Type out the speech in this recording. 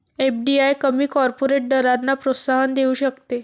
FDI कमी corporate दरांना प्रोत्साहन देऊ शकते